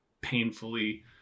painfully